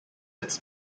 its